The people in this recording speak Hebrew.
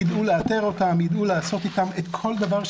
יידעו לאתר אותם, יידעו לעשות איתם כל דבר שיצטרך,